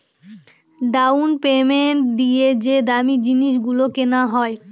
down payment দিয়ে যে দামী জিনিস গুলো কেনা হয়